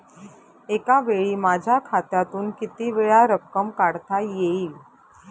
एकावेळी माझ्या खात्यातून कितीवेळा रक्कम काढता येईल?